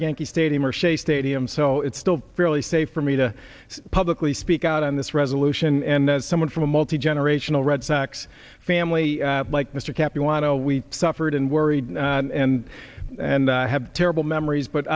yankee stadium or shea stadium so it's still fairly safe for me to publicly speak out on this resolution and as someone from a multigenerational red sox family like mr cap you want all we suffered and worried and and have terrible memories but